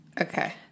Okay